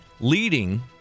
leading